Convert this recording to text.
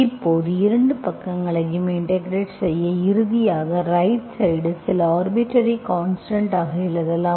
இப்போது இரு பக்கங்களையும் இன்டெகிரெட் செய்ய இறுதியாக ரைட் சைடுஐ சில ஆர்பிட்டர்ரி கான்ஸ்டன்ட் ஆக எழுதலாம்